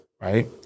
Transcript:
Right